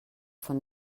von